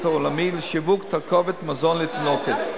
העולמי לשיווק תרכובות מזון לתינוקות.